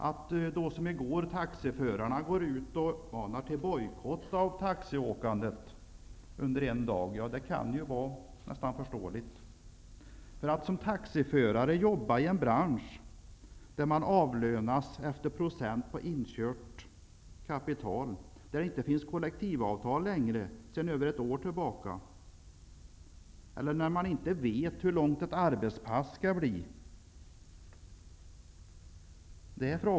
Att taxiförarna då går ut och uppmanar till bojkott av taxiåkandet under en dag, som de gjorde i går, kan ju vara förståeligt. Är det att jobba i en acceptabel verksamhet när man som taxiförare jobbar i en bransch där man avlönas efter procent på inkört kapital, där det inte finns kollektivavtal sedan över ett år tillbaka och där man inte vet hur långt ett arbetspass blir?